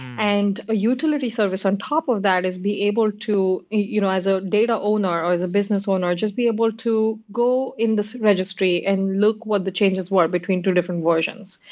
and a utility service on top of that is be able to you know as a data owner, or the business owner, just be able to go in this registry and look what the changes were between two different versions.